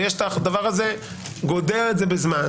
ויש את ,זה גודע את זה בזמן,